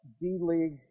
D-League